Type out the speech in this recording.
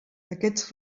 aquests